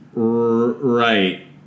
Right